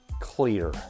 clear